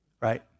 Right